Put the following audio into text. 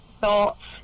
thoughts